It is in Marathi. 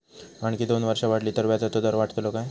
आणखी दोन वर्षा वाढली तर व्याजाचो दर वाढतलो काय?